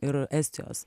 ir estijos